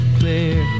clear